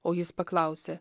o jis paklausė